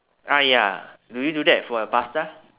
ah ya do you do that for your pasta